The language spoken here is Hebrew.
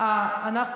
עוד מהכנסת הקודמת.